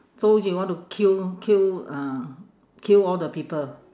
so you want to kill kill uh kill all the people